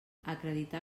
acreditar